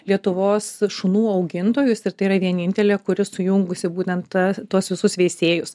lietuvos šunų augintojus ir tai yra vienintelė kuri sujungusi būtent ta tuos visus veisėjus